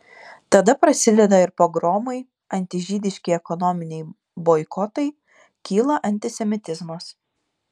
tada prasideda ir pogromai antižydiški ekonominiai boikotai kyla antisemitizmas